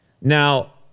Now